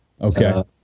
Okay